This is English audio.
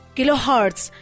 Kilohertz